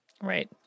Right